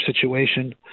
situation